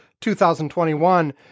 2021